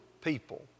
people